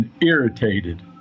irritated